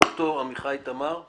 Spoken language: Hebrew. דוקטור עמיחי תמיר.